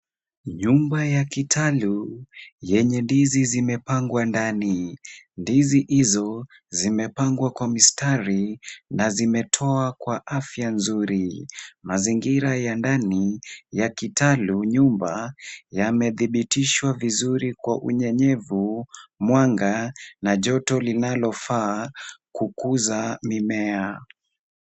Nyumba ya kitalu, yenye ndizi zimepangwa ndani. Ndizi hizo zimepangwa kwa mistari na zimetoa kwa afya nzuri. Mazingira ya ndani ya kitalu nyumba yamedhibitishwa vizuri kwa unyenyevu, mwanga na joto linalofaa kukuza mimea.